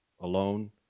alone